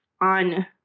on